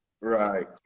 Right